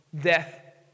death